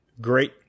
great